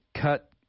cut